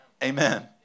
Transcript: Amen